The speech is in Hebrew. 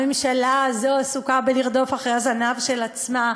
הממשלה הזאת עסוקה בלרדוף אחרי הזנב של עצמה,